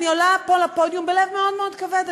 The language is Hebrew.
אני עולה פה לפודיום בלב מאוד מאוד כבד,